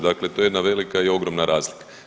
Dakle, to je jedna velika i ogromna razlika.